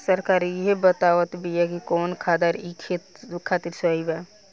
सरकार इहे बतावत बिआ कि कवन खादर ई खेत खातिर सही बा